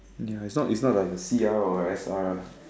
ya is not is not like A_C_R or S_R